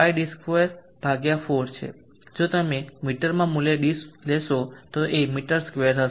ક્ષેત્રફળ πd24 છે જો તમે મીટરમાં મૂલ્ય d લેશો તો એ મેટર સ્ક્વેર હશે